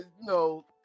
no